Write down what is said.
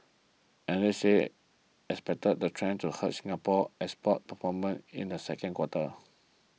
analysts expected the trend to hurt Singapore's export performance in the second quarter